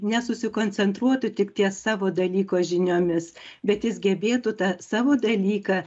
nesusikoncentruotų tik ties savo dalyko žiniomis bet jis gebėtų tą savo dalyką